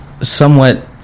somewhat